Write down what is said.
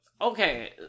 Okay